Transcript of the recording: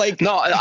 No